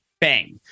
bang